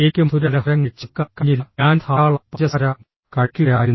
എനിക്ക് മധുരപലഹാരങ്ങളെ ചെറുക്കാൻ കഴിഞ്ഞില്ല ഞാൻ ധാരാളം പഞ്ചസാര കഴിക്കുകയായിരുന്നു